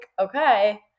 okay